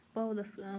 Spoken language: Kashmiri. بولَس